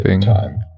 time